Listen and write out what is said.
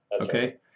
Okay